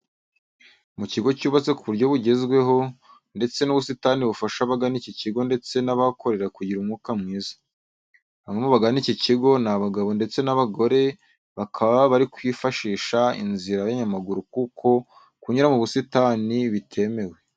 Mu kigo cyubatswe ku buryo bugezweho, ndetse n'ubusitani bufasha abagana iki kigo ndetse n'abahakorera kugira umwuka mwiza. Bamwe mu bagana iki kigo ni abagabo ndetse n'abagore bakaba bari kwifashisha inzira y'abanyamaguru kuko kunyura mu busitani bitemewe.